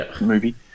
movie